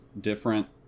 different